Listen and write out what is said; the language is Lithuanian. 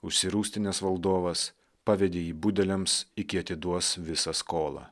užsirūstinęs valdovas pavedė jį budeliams iki atiduos visą skolą